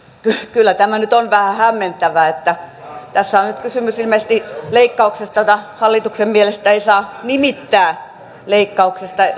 kyllä tämä nyt on vähän hämmentävää että tässä on nyt kysymys ilmeisesti leikkauksesta jota hallituksen mielestä ei saa nimittää